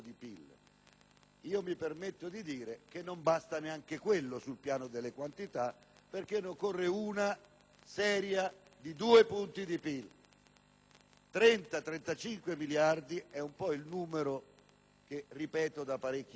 PIL. Mi permetto di dire che non basta neanche quello, sul piano delle quantità, perché ne occorre una seria, di due punti di PIL: 30-35 miliardi è il numero che ripeto da parecchi mesi.